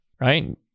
right